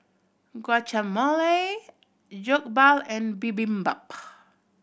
Guacamole Jokbal and Bibimbap